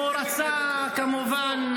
-- הוא רצה כמובן,